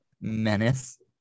menace